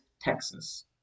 Texas